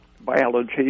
biology